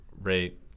rate